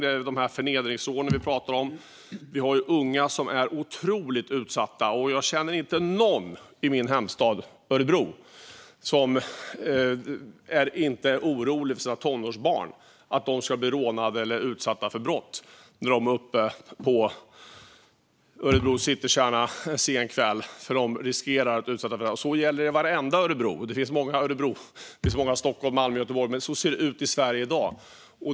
Det gäller de förnedringsrån vi talar om. Vi har unga som är otroligt utsatta. Jag känner inte någon i min hemstad Örebro som inte är orolig för sina tonårsbarn och att de ska bli rånade eller bli utsatta för brott när de är i Örebros citykärna en kväll. Så är det i vartenda Örebro, och det finns många Stockholm, Malmö och Göteborg. Så ser det ut i Sverige i dag.